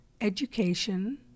education